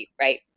right